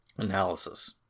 Analysis